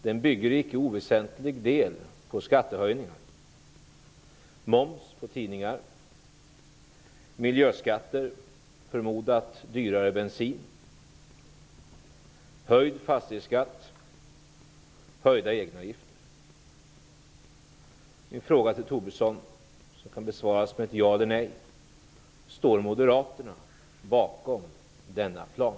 Den bygger i icke oväsentlig del på skattehöjningar -- Min fråga till Lars Tobisson kan besvaras med ett ja eller nej. Står moderaterna bakom denna plan?